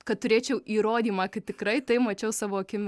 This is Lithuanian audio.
kad turėčiau įrodymą kad tikrai tai mačiau savo akimis